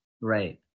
Right